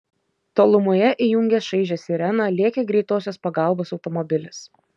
tolumoje įjungęs šaižią sireną lėkė greitosios pagalbos automobilis